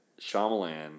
Shyamalan